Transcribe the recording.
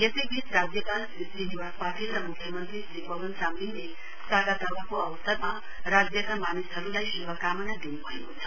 यसैबीच राज्यपाल श्री श्रीनिवास पाटिल र मुख्यमन्त्री श्री पवन चामलिङले सागा दावाको अवसरमा राज्यका मानिसहरूलाई शुभकामना दिनु भएको छ